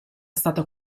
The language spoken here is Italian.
stata